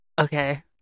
Okay